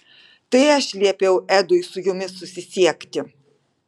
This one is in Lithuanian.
tai aš liepiau edui su jumis susisiekti